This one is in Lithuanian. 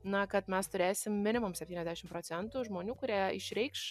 na kad mes turėsim minimum septyniasdešim procentų žmonių kurie išreikš